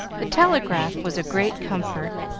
the telegraph was a great comfort,